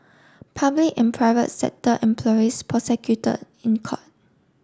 public and private sector employees prosecuted in court